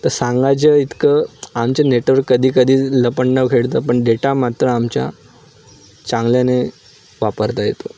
तर सांगायचं इतकं आमचं नेटवर्क कधी कधी लपंडाव खेळतं पण डेटा मात्र आमच्या चांगल्याने वापरता येतो